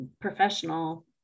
professional